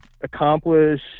accomplish